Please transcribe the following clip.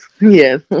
yes